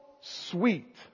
sweet